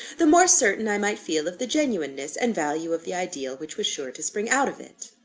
the more certain i might feel of the genuineness and value of the ideal which was sure to spring out of it.